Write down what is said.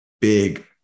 big